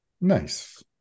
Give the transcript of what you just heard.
nice